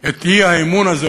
את האי-אמון הזה,